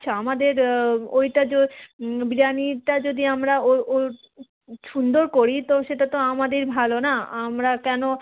আচ্ছা আমাদের ওইটা বিরিয়ানিটা যদি আমরা ও ও সুন্দর করি তো সেটা তো আমাদের ভালো না আমরা কেন